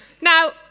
now